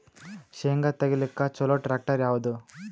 ಶೇಂಗಾ ತೆಗಿಲಿಕ್ಕ ಚಲೋ ಟ್ಯಾಕ್ಟರಿ ಯಾವಾದು?